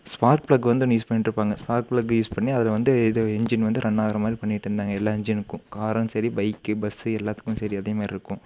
ஸ்பார்ட் plug வந்து use பண்ணிவிட்டு இருப்பாங்க ஸ்பார்ட் ஃப்ளக் யூஸ் பண்ணி அதில் வந்து இது இன்ஜின் வந்து ரன் ஆகிற மாதிரி பண்ணிவிட்டு இருந்தாங்க எல்லா இன்ஜினுக்கும் காரும் சரி பைக்கு பஸ்ஸு எல்லோத்துக்குமே சரி அதே மாதிரி இருக்கும்